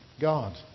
God